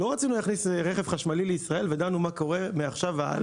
זה לא שרצינו להכניס לישראל רכב חשמלי ודנו מה קורה מעכשיו והלאה.